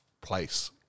place